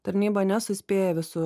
tarnyba nesuspėja visų